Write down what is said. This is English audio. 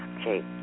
okay